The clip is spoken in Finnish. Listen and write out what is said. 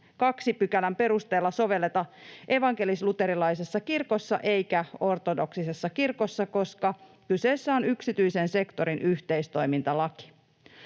koskevan 2 §:n perusteella sovelleta evankelis-luterilaisessa kirkossa eikä ortodoksisessa kirkossa, koska kyseessä on yksityisen sektorin yhteistoimintalaki.